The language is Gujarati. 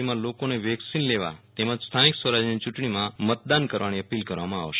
જેમાં લોકોને વેક્સિન લેવા તેમજ સ્થાનિક સ્વરાજયની યું ટણીમાં મતદાન કરવાની અપીલ કરવામાં આવશે